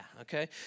okay